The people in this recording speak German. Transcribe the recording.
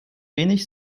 wenig